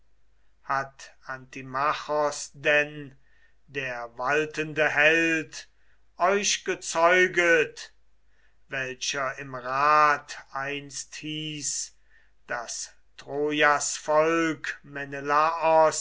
hat antimachos denn der waltende held euch gezeuget welcher im rat einst hieß daß trojas volk